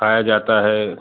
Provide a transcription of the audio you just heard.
खाया जाता है